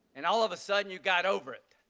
and all the sudden you got over it.